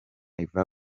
yvan